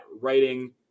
writing